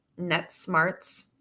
NetSmarts